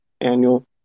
annual